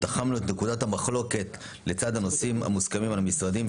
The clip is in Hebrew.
תחמנו את נקודת המחלוקת לצד הנושאים המוסכמים על המשרדים,